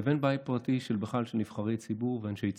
לבין בית פרטי בכלל של נבחרי ציבור ואנשי ציבור.